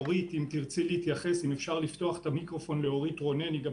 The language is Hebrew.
אם אפשר לפתוח את המיקרופון לאורית רונן אם תרצי להתייחס,